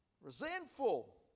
Resentful